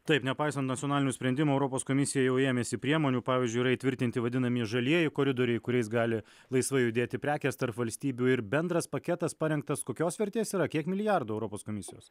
taip nepaisant nacionalinių sprendimų europos komisija jau ėmėsi priemonių pavyzdžiui yra įtvirtinti vadinami žalieji koridoriai kuriais gali laisvai judėti prekės tarp valstybių ir bendras paketas parengtas kokios vertės yra kiek milijardų europos komisijos